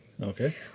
Okay